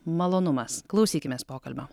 malonumas klausykimės pokalbio